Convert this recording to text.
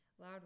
loud